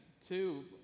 two